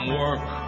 work